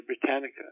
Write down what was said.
Britannica